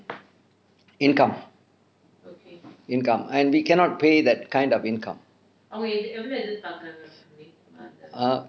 income income and we cannot pay that kind of income err